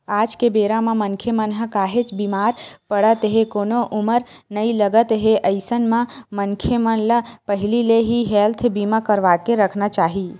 आज के बेरा म मनखे मन ह काहेच बीमार पड़त हे कोनो उमर नइ लगत हे अइसन म मनखे मन ल पहिली ले ही हेल्थ बीमा करवाके रखना चाही